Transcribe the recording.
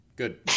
Good